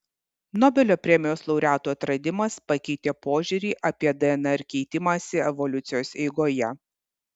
nobelio premijos laureatų atradimas pakeitė požiūrį apie dnr keitimąsi evoliucijos eigoje